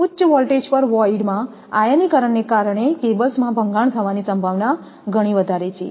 ઉચ્ચ વોલ્ટેજ પર વોઈડ માં આયનીકરણને કારણે કેબલ્સમાં ભંગાણ થવાની સંભાવના ઘણી વધારે છે